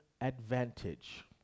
advantage